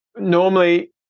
normally